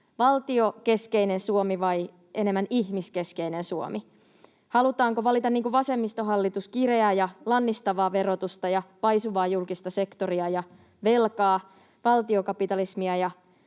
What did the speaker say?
valtiokeskeinen Suomi vai enemmän ihmiskeskeinen Suomi. Halutaanko valita niin kuin vasemmistohallitus kireää ja lannistavaa verotusta ja paisuvaa julkista sektoria ja velkaa, valtiokapitalismia ja